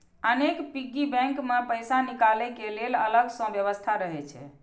अनेक piggy bank मे पैसा निकालै के लेल अलग सं व्यवस्था रहै छै